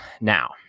Now